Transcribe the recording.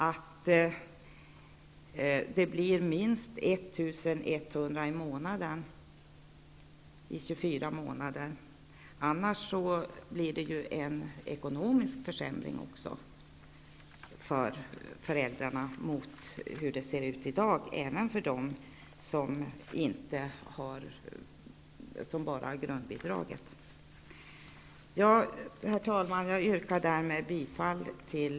Annars blir det en mindre summa pengar i slutänden och en ekonomisk försämring för föräldrarna mot hur det ser ut i dag, även för dem som bara har grundbidraget. Herr talman! Jag yrkar därmed bifall till